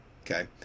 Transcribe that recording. Okay